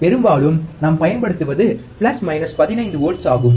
பெரும்பாலும் நாம் பயன்படுத்துவது பிளஸ் மைனஸ் 15 வோல்ட்ஸ் ஆகும்